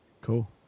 Cool